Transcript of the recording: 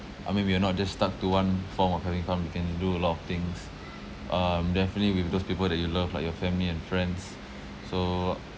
uh maybe you're not just stuck to one form of having fun you can do a lot of things um definitely with those people that you love like your family and friends so